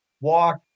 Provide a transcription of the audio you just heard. walk